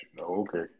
Okay